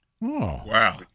wow